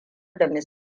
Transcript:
da